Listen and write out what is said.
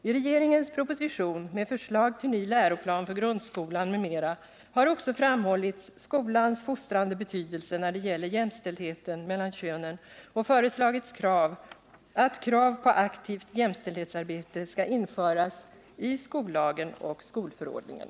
I regeringens proposition med förslag till ny läroplan för grundskolan m.m. har också framhållits skolans fostrande betydelse när det gäller jämställdheten mellan könen och föreslagits att krav på aktivt jämställdhetsarbete skall införas i skollagen och skolförordningen.